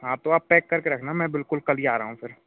हाँ तो आप पैक करके रखना मैं बिल्कुल कल ही आ रहा हूँ फिर